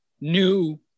new